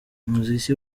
umuziki